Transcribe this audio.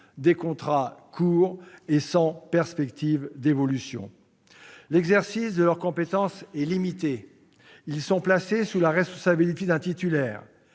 des contrats courts et sans perspectives d'évolution. L'exercice de leurs compétences est limité, et ces praticiens sont placés sous la responsabilité d'un titulaire.